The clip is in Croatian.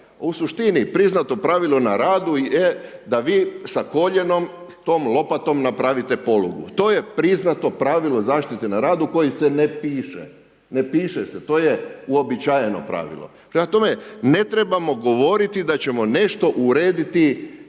U suštini priznato pravilo na radu je da vi sa koljenom tom lopatom napravite polugu. To je priznato pravilo zaštite na radu kojim se ne piše, ne piše se to je uobičajeno pravilo. Prema tome, ne trebamo govoriti da ćemo nešto urediti